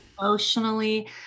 emotionally